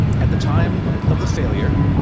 at the time of the failure,